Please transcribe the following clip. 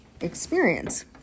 experience